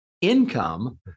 income